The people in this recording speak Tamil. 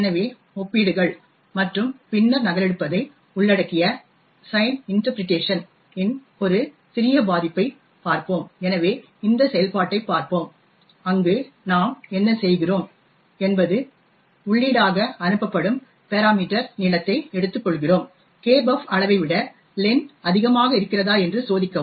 எனவே ஒப்பீடுகள் மற்றும் பின்னர் நகலெடுப்பதை உள்ளடக்கிய சைன் இன்டர்பிரடேஷன் இன் ஒரு சிறிய பாதிப்பைப் பார்ப்போம் எனவே இந்த செயல்பாட்டைப் பார்ப்போம் அங்கு நாம் என்ன செய்கிறோம் என்பது உள்ளீடாக அனுப்பப்படும் பெராமீட்டர் நீளத்தை எடுத்துக்கொள்கிறோம் kbuf அளவை விட லென் அதிகமாக இருக்கிறதா என்று சோதிக்கவும்